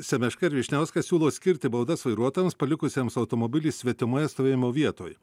semeška ir vyšniauskas siūlo skirti baudas vairuotojams palikusiems automobilį svetimoje stovėjimo vietoj